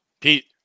Pete